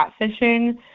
catfishing